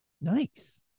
Nice